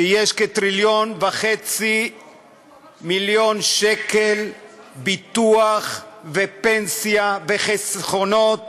שיש כטריליון וחצי שקל ביטוח ופנסיה וחסכונות